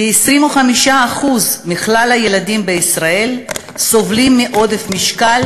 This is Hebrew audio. כ-25% מכלל הילדים בישראל סובלים מעודף משקל